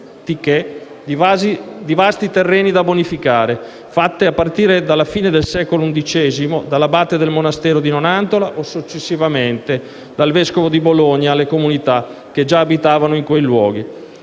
di vasti terreni da bonificare, fatte a partire dalla fine del secolo XI dall'Abate del monastero di Nonantola o, successivamente, dal Vescovo di Bologna alle comunità che già abitavano in quei luoghi.